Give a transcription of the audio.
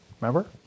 Remember